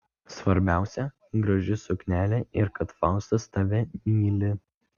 svarbiausia graži suknelė ir kad faustas tave myli